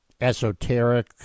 esoteric